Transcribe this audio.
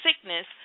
sickness